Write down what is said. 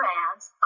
ads